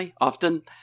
often